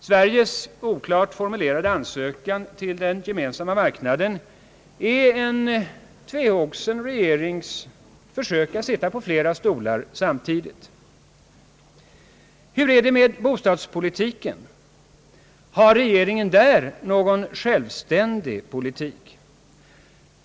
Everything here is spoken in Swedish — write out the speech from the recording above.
Sveriges oklart formulerade ansökan till Den gemensamma marknaden är en tvehågsen regerings försök att sitta på flera stolar samtidigt. Hur är det med bostadspolitiken? Har regeringen där någon självständig politik?